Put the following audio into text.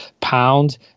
pound